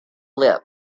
lip